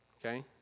Okay